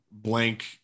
Blank